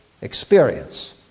experience